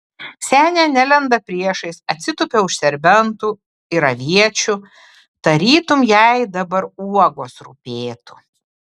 senė nelenda priešais atsitupia už serbentų ir aviečių tarytum jai dabar uogos rūpėtų